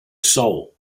seoul